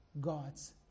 God's